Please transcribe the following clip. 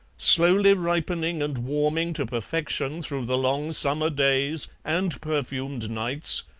slowly ripening and warming to perfection through the long summer days and perfumed nights,